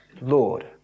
Lord